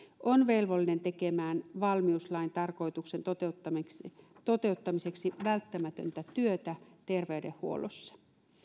on velvollinen tekemään valmiuslain tarkoituksen toteuttamiseksi toteuttamiseksi välttämätöntä työtä terveydenhuollossa